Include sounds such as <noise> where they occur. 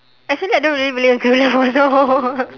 actually I don't really believe in true love also <laughs>